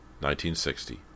1960